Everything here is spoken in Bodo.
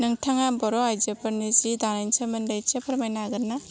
नोंथाङा बर' आइजोफोरनि जि दानायनि सोमोन्दै एसे फोरमायनो हागोन ना